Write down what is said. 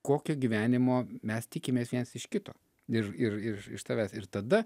kokio gyvenimo mes tikimės viens iš kito ir ir ir iš tavęs ir tada